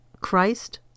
Christ